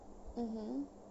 mmhmm